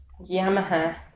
Yamaha